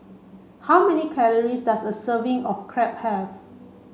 how many calories does a serving of Crepe have